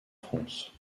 france